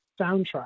soundtrack